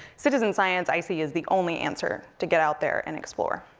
citizen science, i see, is the only answer to get out there and explore.